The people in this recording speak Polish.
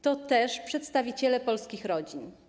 To też przedstawiciele polskich rodzin.